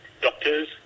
doctors